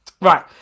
Right